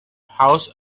house